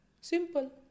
Simple